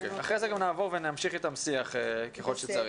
אחרי זה נמשיך איתם שיח ככל שצריך.